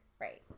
Right